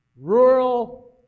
rural